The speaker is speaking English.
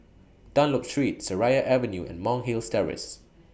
Dunlop Street Seraya Avenue and Monk's Hills Terrace